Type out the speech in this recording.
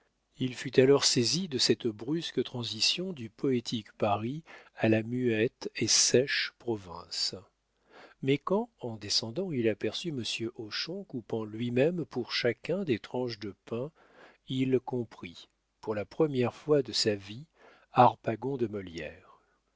il fut alors saisi de cette brusque transition du poétique paris à la muette et sèche province mais quand en descendant il aperçut monsieur hochon coupant lui-même pour chacun des tranches de pain il comprit pour la première fois de sa vie harpagon de molière